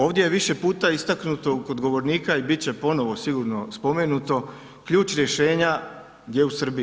Ovdje je više puta istaknuto kod govornika i bit će ponovno, sigurno, spomenuto, ključ rješenja je u Srbiji.